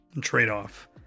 trade-off